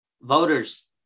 Voters